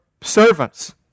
servants